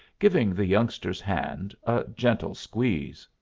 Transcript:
giving the youngster's hand a gentle squeeze.